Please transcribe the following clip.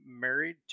married